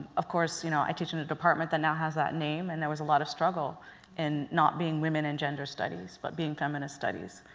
of course you know, i teach in a department that now has that name and there was a lot of struggle in not being women and gender studies but being feminist studies.